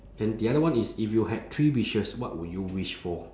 then the other one is if you had three wishes what will you wish for